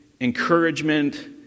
encouragement